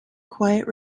quiet